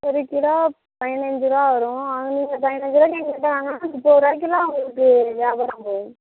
ஒரு கிலோ பதினைஞ்சிருவா வரும் அவங்க பதினைஞ்சிருவாய்க்கி எங்கள் கிட்ட வாங்குனால் முப்பொதுருவாய்க்குள்ள உங்களுக்கு வியாபாரம் போகும்